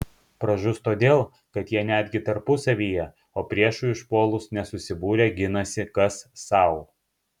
pražus todėl kad jie netgi tarpusavyje o priešui užpuolus nesusibūrę ginasi kas sau